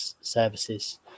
services